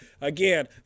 again